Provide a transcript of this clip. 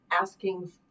asking